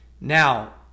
now